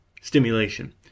stimulation